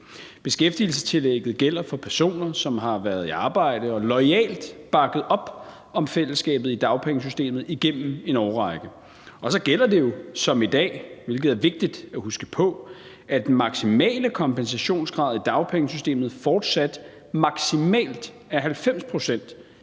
Beskæftigelsestillægget gælder for personer, som har været i arbejde og loyalt bakket op om fællesskabet i dagpengesystemet igennem en årrække. Og så gælder det jo som i dag, hvilket er vigtigt at huske på, at den maksimale kompensationsgrad i dagpengesystemet fortsat er 90 pct.